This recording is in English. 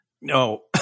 No